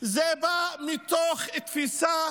באה מתוך תפיסה